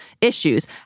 issues